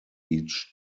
each